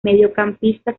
mediocampista